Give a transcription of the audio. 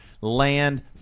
land